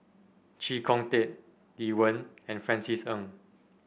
Chee Kong Tet Lee Wen and Francis Ng